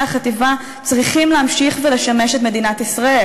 החטיבה צריכים להמשיך ולשמש את מדינת ישראל.